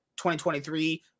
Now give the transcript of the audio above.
2023